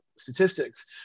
Statistics